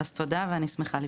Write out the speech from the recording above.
אז תודה ואני שמחה להצטרף.